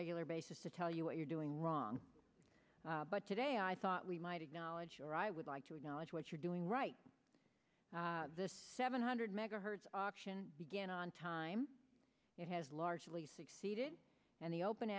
regular basis to tell you what you're doing wrong but today i thought we might acknowledge or i would like to acknowledge what you're doing right this seven hundred megahertz auction began on time it has largely succeeded and the open